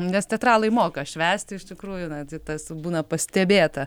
nes teatralai moka švęsti iš tikrųjų na tai tas būna pastebėta